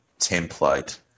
template